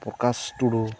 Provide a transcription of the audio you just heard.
Prakash Tudu